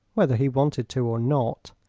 whether he wanted to or not.